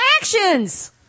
actions